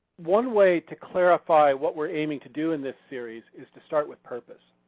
one way to clarify what we're aiming to do in this series is to start with purpose.